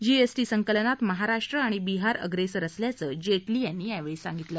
GST संकलनात महाराष्ट्र आणि बिहार अप्रेसर असल्याचं जेटली यांनी यावेळी सांगितलं